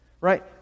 Right